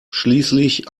schließlich